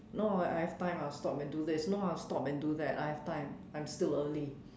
no I have time I'll stop and do this no I'll stop and do that I have time I'm still early